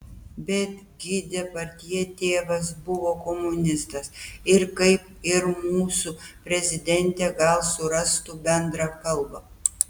bet gi depardjė tėvas buvo komunistas ir kaip ir mūsų prezidentė gal surastų bendrą kalbą